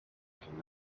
can